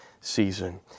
season